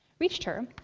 reached her,